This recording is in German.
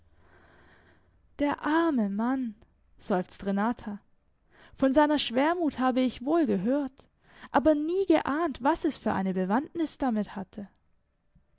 der arme mann seufzt renata von seiner schwermut habe ich wohl gehört aber nie geahnt was es für eine bewandtnis damit hatte